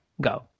Go